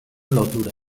lotura